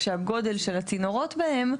כשהגודל של הצינורות בהם,